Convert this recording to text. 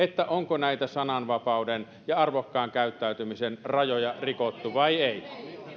onko näitä sananvapauden ja arvokkaan käyttäytymisen rajoja rikottu vai ei